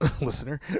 listener